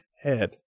head